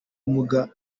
bumuga